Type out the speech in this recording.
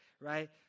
right